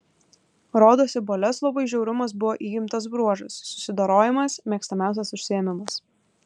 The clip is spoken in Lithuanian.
rodosi boleslovui žiaurumas buvo įgimtas bruožas susidorojimas mėgstamiausias užsiėmimas